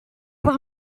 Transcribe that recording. voir